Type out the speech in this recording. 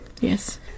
Yes